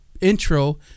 intro